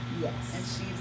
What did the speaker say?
Yes